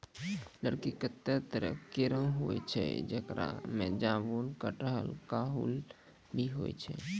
लकड़ी कत्ते तरह केरो होय छै, जेकरा में जामुन, कटहल, काहुल भी छै